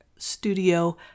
studio